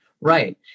right